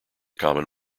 common